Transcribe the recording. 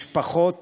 משפחות